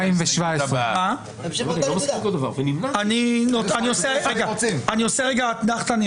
217. אני עושה רגע אתנחתא.